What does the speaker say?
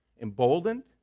emboldened